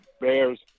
Bears